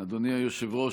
אדוני היושב-ראש,